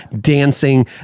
dancing